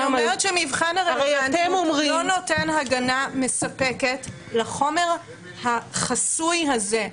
אני אומרת שמבחן הרלוונטיות לא נותן הגנה מספקת לחומר החסוי הזה.